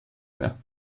mehr